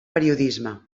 periodisme